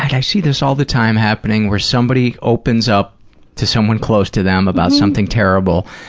i see this all the time happening, where somebody opens up to someone close to them about something terrible